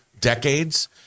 decades